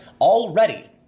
already